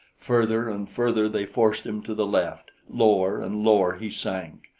further and further they forced him to the left lower and lower he sank.